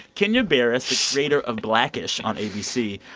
kenya barris, the creator of black-ish on abc,